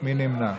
מי נמנע?